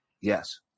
Yes